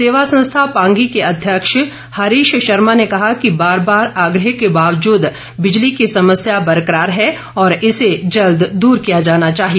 सेवा संस्था पांगी के अध्यक्ष हरीश शर्मा ने कहा कि बार बार आग्रह के बावजूद बिजली की समस्या बरकरार है और इसे जल्द दूर किया जाना चाहिए